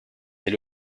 est